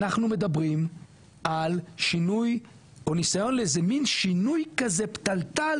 אנחנו מדברים על שינוי או ניסיון לאיזה מין שינוי כזה פתלתל